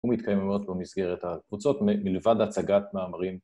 ‫הוא מתקיים מאוד במסגרת הקבוצות, ‫מלבד הצגת מאמרים.